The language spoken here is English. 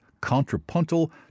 contrapuntal